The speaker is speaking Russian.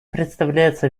представляется